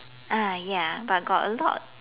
ah ya but got a lot